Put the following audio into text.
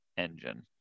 Engine